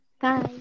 bye